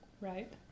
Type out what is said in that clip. Right